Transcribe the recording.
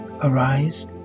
arise